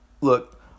look